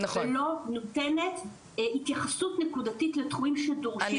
ולא נותנת התייחסות נקודתית לתחומים שדורשים טיפול.